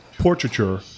Portraiture